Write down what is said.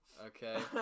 okay